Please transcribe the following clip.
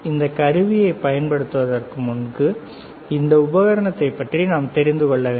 இந்த கருவியைப் பயன்படுத்துவதற்கு முன்பு இந்த உபகரணத்தைப் பற்றி நாம் தெரிந்து கொள்ள வேண்டும்